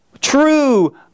True